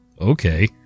okay